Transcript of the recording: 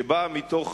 שבאה מתוך